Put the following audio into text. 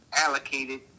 allocated